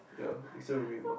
ya they say 很忙